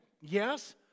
Yes